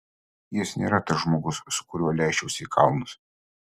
jis nėra tas žmogus su kuriuo leisčiausi į kalnus